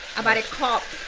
about a cup